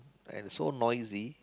and so noisy